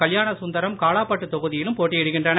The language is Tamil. கல்யாணசுந்தரம் காலாப்பட்டு தொகுதியிலும் போட்டியிடுகின்றனர்